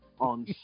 on